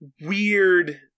weird